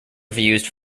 reviews